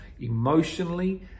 emotionally